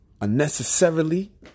unnecessarily